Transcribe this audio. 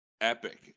epic